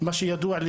מה שידוע לי,